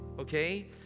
Okay